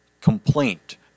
complaint